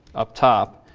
up top.